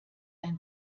ein